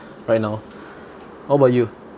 right now what about you